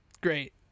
Great